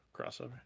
crossover